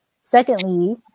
Secondly